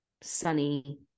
sunny